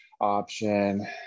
option